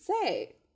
say